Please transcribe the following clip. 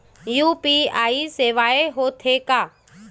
UPI सेवाएं हो थे का?